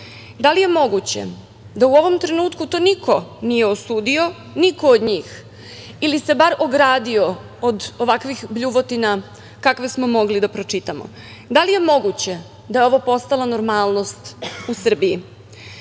Da li je moguće da u ovom trenutku to niko nije osudio, niko od njih, ili se bar ogradio od ovakvih bljuvotina kakve smo mogli da pročitamo? Da li je moguće da ovo postalo normalnost u Srbiji? Zašto